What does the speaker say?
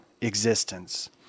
existence